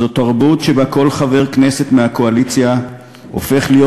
זו תרבות שבה כל חבר כנסת מהקואליציה הופך להיות